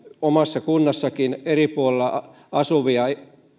omassa kunnassakin eri puolilla asuvia